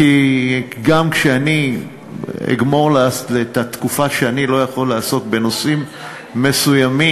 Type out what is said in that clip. כי גם כשאני אגמור את התקופה שאני לא יכול לעסוק בנושאים מסוימים,